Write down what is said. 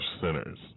sinners